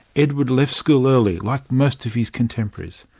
edward left school early, like most of his contemporaries.